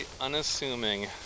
unassuming